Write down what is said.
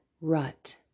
rut